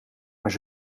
maar